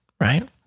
right